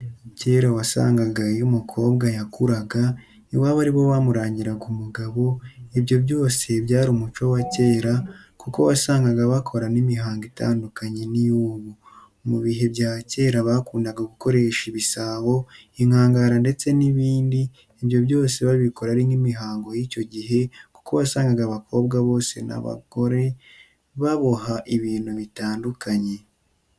Kera wasangaga iyo umukobwa yakuraga iwabo ari bo bamurangiraga umugabo, ibyo byose byari umuco wa kera kuko wasangaga bakora n'imihango itandukanye n'iy'ubu, mu bihe bya kera bakundaga gukoresha ibisabo, inkangara ndetse n'ibindi, ibyo byose babikora ari nk'imihango y'icyo gihe kuko wasangaga abakobwa bose n'abagora baboha ibintu bitandukanye.